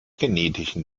genetischen